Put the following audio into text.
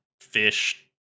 fish